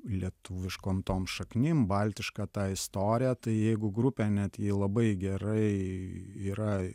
lietuviškom tom šaknim baltiška ta istorija tai jeigu grupė net ji labai gerai yra